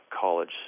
college